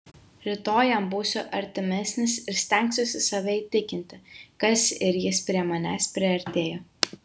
rytoj jam būsiu artimesnis ir stengsiuosi save įtikinti kas ir jis prie manęs priartėjo